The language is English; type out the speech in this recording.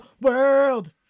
world